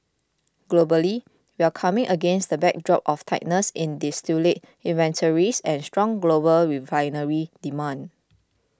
globally we're coming against the backdrop of tightness in distillate inventories and strong global refinery demand